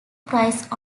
prize